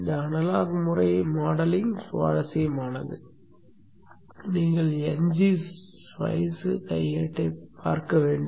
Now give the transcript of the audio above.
இந்த அனலாக் முறை மாடலிங் சுவாரஸ்யமானது நீங்கள் ngSpice கையேட்டைப் பார்க்க வேண்டும்